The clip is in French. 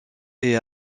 est